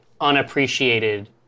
unappreciated